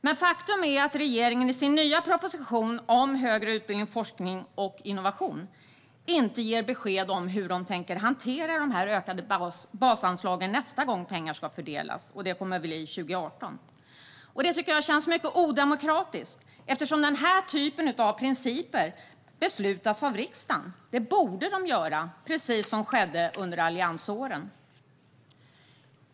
Men faktum är att regeringen i sin nya proposition om högre utbildning, forskning och innovation inte ger besked om hur man tänker hantera dessa ökade basanslag nästa gång pengar ska fördelas, och det kommer att bli 2018. Det tycker jag känns mycket odemokratiskt. Denna typ av principer borde beslutas av riksdagen, precis som skedde under alliansåren.